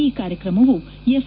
ಈ ಕಾರ್ಯಕ್ರಮವು ಎಫ್